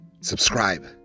Subscribe